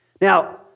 Now